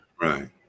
right